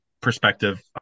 perspective